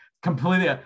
Completely